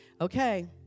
Okay